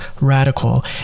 radical